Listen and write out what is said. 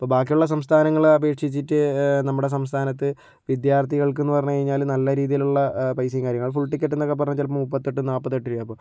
ഇപ്പം ബാക്കിയുള്ള സംസ്ഥാനങ്ങളെ അപേക്ഷിച്ചിട്ട് നമ്മുടെ സംസ്ഥാനത്ത് വിദ്യാർഥികൾക്കെന്ന് പറഞ്ഞ് കഴിഞ്ഞാൽ നല്ല രീതിയിലുള്ള പൈസയും കാര്യങ്ങളൊക്കെയാണ് ഫുൾ ടിക്കറ്റെന്നക്കെ പറഞ്ഞാൽ ചിലപ്പം മുപ്പത്തെട്ടും നാൽപ്പത്തെട്ടും രൂപയാണ്